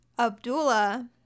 Abdullah